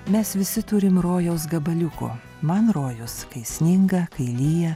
mes visi turim rojaus gabaliuko man rojus kai sninga kai lyja